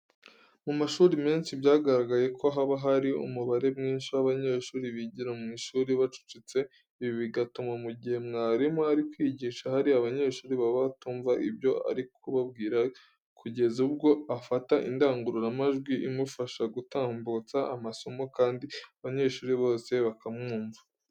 Mu mashuri menshi byagaragaye ko haba hari umubare mwinshi w'abanyeshuri bigira mu ishuri bacucitse, ibi bigatuma mu gihe mwarimu ari kwigisha hari abanyeshuri baba batumva ibyo ari kubabwira kugeza ubwo afata indangururamajwi imufasha gutambutsa amasomo, kandi abanyeshuri bose bakamwumva.